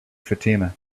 fatima